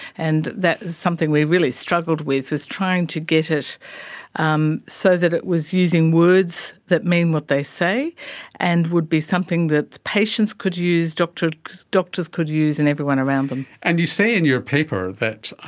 and that was something we really struggled with, was trying to get it um so that it was using words that mean what they say and would be something that patients could use, doctors doctors could use and everyone around them. and you say in your paper that